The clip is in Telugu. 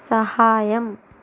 సహాయం